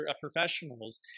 professionals